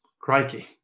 crikey